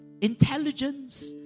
intelligence